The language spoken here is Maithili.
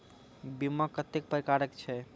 बीमा कत्तेक प्रकारक छै?